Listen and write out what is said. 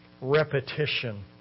repetition